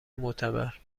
معتبر